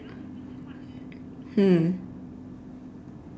hmm